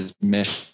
mission